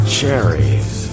cherries